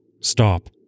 Stop